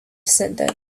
descended